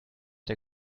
der